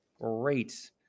great